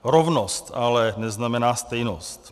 Rovnost ale neznamená stejnost.